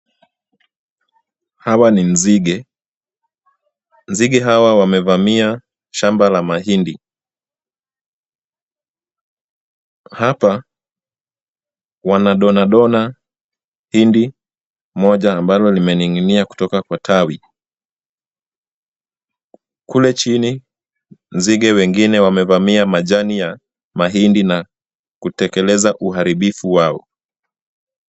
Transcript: Hawa ni nzige, nzige hawa wamevamia shamba la mahindi. Hapa wanadonadona hindi moja ambalo limening'inia kutoka kwa tawi, Kule chini nzige wengine wamevamia majani ya mahindi na kutekeleza uharibifu wao.